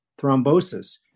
thrombosis